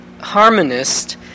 harmonist